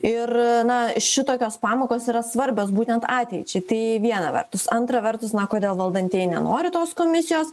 ir na šitokios pamokos yra svarbios būtent ateičiai tai viena vertus antra vertus na kodėl valdantieji nenori tos komisijos